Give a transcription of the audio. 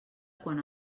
quan